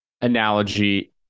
analogy